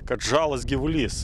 kad žalas gyvulys